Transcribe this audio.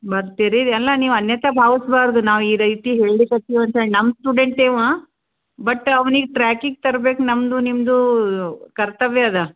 ಬರ್ತೀರಿ ಅಲ್ಲ ನೀವು ಅನ್ಯಥಾ ಭಾವಿಸಬಾರದು ನಾವು ಈ ರೀತಿ ಹೇಳ್ಲಿಕ್ಕತ್ತೀವಿ ಅಂಥೇಳಿ ನಮ್ಮ ಸ್ಟೂಡೆಂಟೇ ಇವ ಬಟ್ ಅವ್ನಿಗೆ ಟ್ರ್ಯಾಕಿಗೆ ತರಬೇಕು ನಮ್ಮದು ನಿಮ್ಮದೂ ಕರ್ತವ್ಯ ಅದ